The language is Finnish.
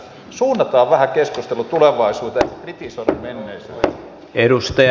suunnataan vähän keskustelua tulevaisuuteen eikä kritisoida menneisyyttä